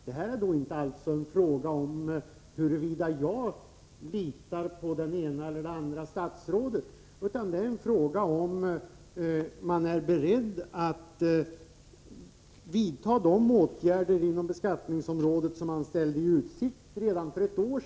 Det är inte fråga om huruvida jag litar på det ena eller andra statsrådet, utan det är fråga om huruvida regeringen är beredd att vidta de åtgärder inom beskattningsområdet som för redan ett år sedan ställdes i utsikt.